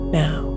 now